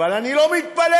אבל אני לא מתפלא,